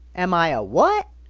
am i a what?